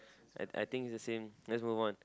I I think is the same let's move on